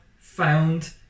found